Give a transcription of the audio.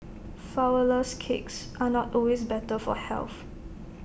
Flourless Cakes are not always better for health